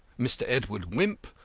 mr. edward wimp,